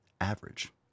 average